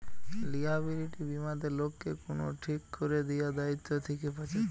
liability বীমাতে লোককে কুনো ঠিক কোরে দিয়া দায়িত্ব থিকে বাঁচাচ্ছে